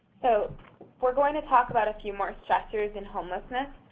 so we're going to talk about a few more stressors in homelessness.